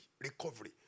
Recovery